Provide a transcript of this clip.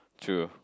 true